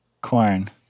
corn